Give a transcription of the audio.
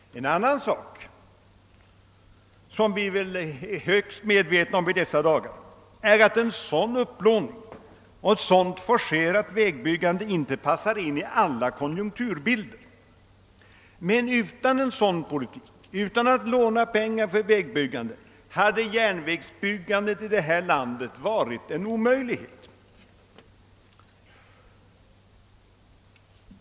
En annan sak som vi väl är högst medvetna om i dessa dagar är att en sådan upplåning och ett sådant forcerat vägbyggande inte passar in i alla konjunkturbilder. Men utan en sådan politik, utan att låna pengar för ändamålet hade järnvägsbyggandet i det här landet varit en omöjlighet.